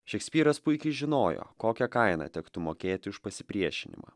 šekspyras puikiai žinojo kokią kainą tektų mokėti už pasipriešinimą